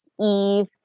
eve